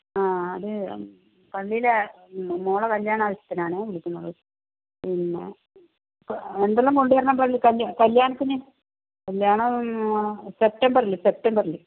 ആ അത് പള്ളിയിലെ മോളെ കല്യാണാവശ്യത്തിനാണേ വിളിക്കുന്നത് പിന്നെ എന്തെല്ലാം കൊണ്ടുവരണം പള്ളി ക കല്യാണത്തിന് കല്യാണം സെപ്റ്റംബറിൽ സെപ്റ്റംബറിൽ